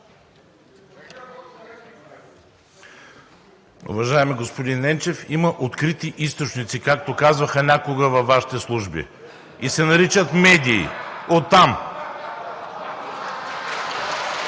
Уважаеми господин Енчев, има открити източници, както казваха някога във Вашите служби и се наричат медии – оттам.